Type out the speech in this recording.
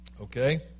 Okay